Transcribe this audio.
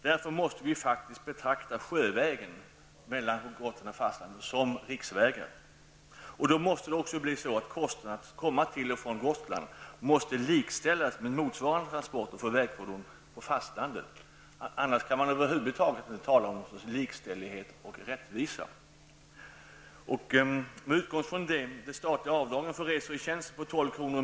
Därför måste vi faktiskt betrakta sjövägen mellan Gotland och fastlandet som riksväg, och då måste det också bli så att kostnaderna för att komma till och från Gotland måste likställas med motsvarande för vägfordon på fastlandet. Annars kan man över huvud taget inte tala om likställighet och rättvisa. Med utgångspunkt i det statliga avdraget för resor i tjänst på 12 kr.